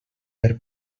per